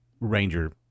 Ranger